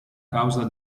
causa